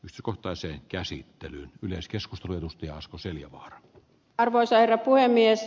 istu kotoiseen käsittelyyn yleiskeskustelun ja asko seljavaara arvoisa herra puhemies